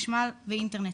חשמל ואינטרנט,